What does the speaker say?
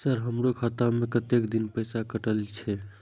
Sir हमारो खाता में कतेक दिन पैसा कटल छे?